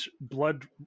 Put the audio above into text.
blood